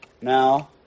Now